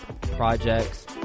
projects